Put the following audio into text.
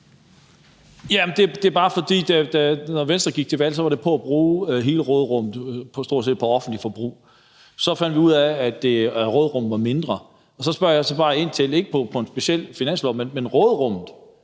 Jeg spørger bare, for da Venstre gik til valg, var det på at bruge hele råderummet, stort set, på offentligt forbrug. Så fandt man ud af, at råderummet var mindre, og så spørger jeg bare ind til det, ikke til en speciel finanslov, men råderummet,